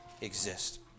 exist